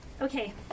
okay